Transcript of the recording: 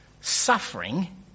suffering